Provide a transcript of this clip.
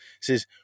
says